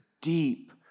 deep